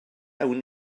awn